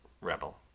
rebel